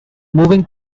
moving